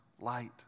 light